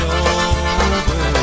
over